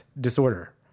disorder